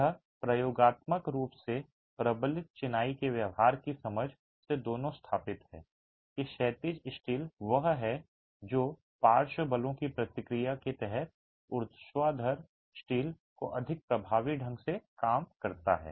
यह प्रयोगात्मक रूप से और प्रबलित चिनाई के व्यवहार की समझ से दोनों स्थापित है कि क्षैतिज स्टील वह है जो पार्श्व बलों की प्रतिक्रिया के तहत ऊर्ध्वाधर स्टील को अधिक प्रभावी ढंग से काम करता है